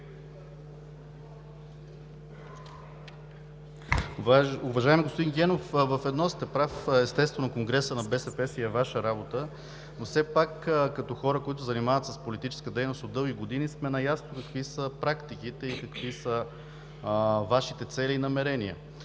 Уважаеми господин Генов, в едно сте прав – естествено, конгресът на БСП си е Ваша работа, но все пак като хора, които се занимават с политическа дейност от дълги години, сме наясно какви са практиките и какви са Вашите цели и намерения.